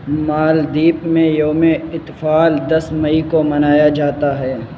مالدیپ میں یوم اطفال دس مئی کو منایا جاتا ہے